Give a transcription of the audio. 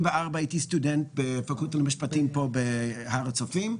כשהייתי סטודנט בפקולטה למשפטים בהר הצופים,